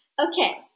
Okay